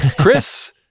Chris